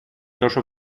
τόσο